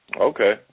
Okay